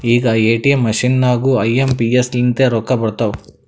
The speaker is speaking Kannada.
ಈಗ ಎ.ಟಿ.ಎಮ್ ಮಷಿನ್ ನಾಗೂ ಐ ಎಂ ಪಿ ಎಸ್ ಲಿಂತೆ ರೊಕ್ಕಾ ಬರ್ತಾವ್